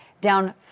down